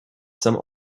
some